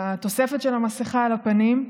התוספת של המסכה על הפנים,